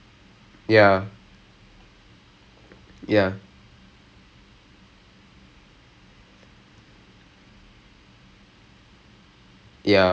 இப்போ எல்லாம் அந்த பொங்கல் எல்லாம் நம்ம பண்ணும் இல்லையா:ippo ellaam antha pongal ellaam namma pannum illaiyaa ah literally just like just keep doing until I got a feel for things அந்த மாதிரி:antha maathiri then I can just go ahead I can